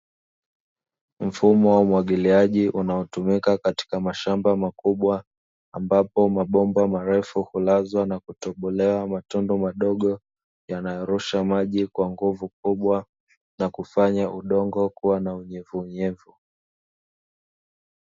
Mfumo wa umwagiliaji unaotumika katika mashamba makubwa, ambapo mabomba marefu hulazwa na kutobolewa matendo madogo yanayo arusha maji kwa nguvu kubwa na kufanya udongo kuwa na unyevunyevu.